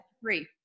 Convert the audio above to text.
Three